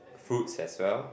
fruits as well